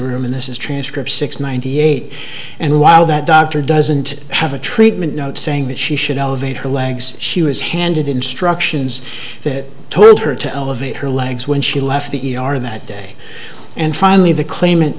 room and this is a transcript six ninety eight and while that doctor doesn't have a treatment note saying that she should elevate her legs she was handed instructions that told her to elevate her legs when she left the e r that day and finally the claim